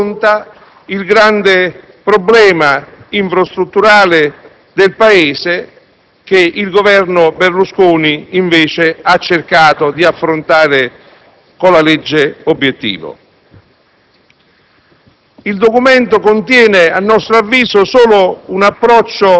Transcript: non contiene alcun respiro riformatore, non affronta il grande problema infrastrutturale del Paese che il Governo Berlusconi invece ha cercato di affrontare con la legge obiettivo.